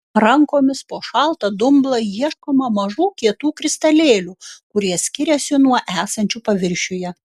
rankomis po šaltą dumblą ieškoma mažų kietų kristalėlių kurie skiriasi nuo esančių paviršiuje